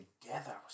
together